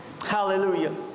hallelujah